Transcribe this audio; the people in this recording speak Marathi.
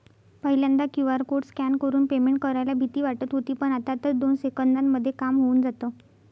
पहिल्यांदा क्यू.आर कोड स्कॅन करून पेमेंट करायला भीती वाटत होती पण, आता तर दोन सेकंदांमध्ये काम होऊन जातं